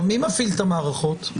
מי מפעיל את המערכות?